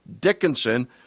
Dickinson